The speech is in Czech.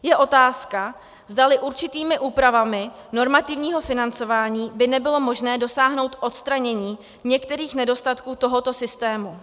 Je otázka, zdali určitými úpravami normativního financování by nebylo možné dosáhnout odstranění některých nedostatků tohoto systému.